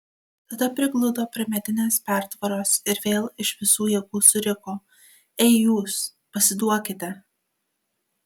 tada prigludo prie medinės pertvaros ir vėl iš visų jėgų suriko ei jūs pasiduokite